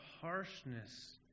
harshness